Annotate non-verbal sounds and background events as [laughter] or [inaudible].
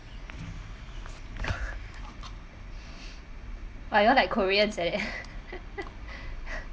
[breath] but you all like koreans eh [laughs]